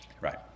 Right